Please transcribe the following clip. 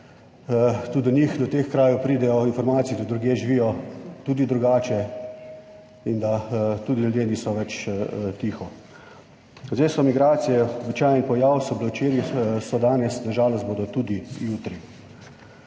tudi do njih, do teh krajev pridejo informacije, da drugje živijo tudi drugače in da tudi ljudje niso več tiho. Sedaj so migracije običajen pojav, so bile včeraj, so danes na žalost bodo tudi jutri.